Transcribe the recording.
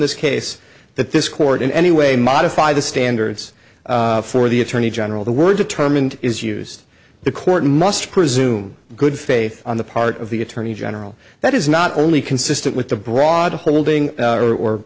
this case that this court in any way modify the standards for the attorney general the word determined is used the court must presume good faith on the part of the attorney general that is not only consistent with the broad holding